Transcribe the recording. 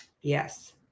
Yes